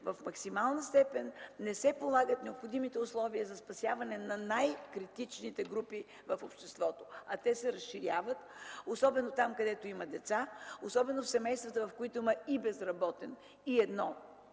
в максимална степен необходимите усилия за спасяване на най-критичните групи в обществото. А тези групи се разширяват, особено където има деца, особено в семействата, където има безработен и едно